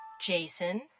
Jason